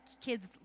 kids